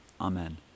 Amen